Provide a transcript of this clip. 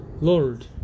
Lord